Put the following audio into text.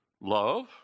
love